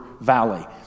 Valley